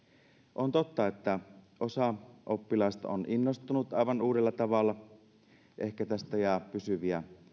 on totta että osa oppilaista on innostunut aivan uudella tavalla ja ehkä tästä jää pysyviä